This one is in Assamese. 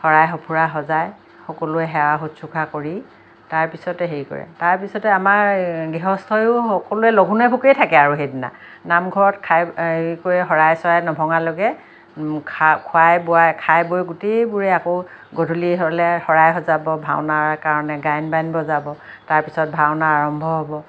শৰাই সফুৰা সজাই সকলোৱে সেৱা শুশ্ৰূষা কৰি তাৰ পিছতে হেৰি কৰে তাৰ পিছতে আমাৰ গৃহস্থইও সকলোৱে লঘোণে ভোকেই থাকে আৰু সেইদিনা নামঘৰত খাই কৰি শৰাই চৰাই নভঙালৈকে খোৱাই বোৱাই খাই বৈ গোটেইবোৰে আকৌ গধূলি হ'লে শৰাই সজাব ভাওনা কাৰণে গায়ন বায়ন বজাব তাৰ পিছত ভাওনা আৰম্ভ হ'ব